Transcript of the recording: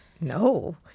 No